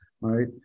right